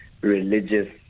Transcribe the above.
religious